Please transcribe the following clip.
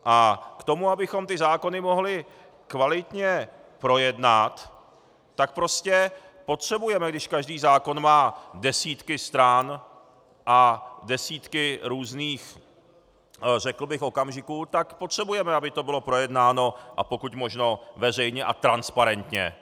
A k tomu, abychom ty zákony mohli kvalitně projednat, tak prostě potřebujeme, když každý zákon má desítky stran a desítky různých, řekl bych, okamžiků, tak potřebujeme, aby to bylo projednáno a pokud možno veřejně a transparentně.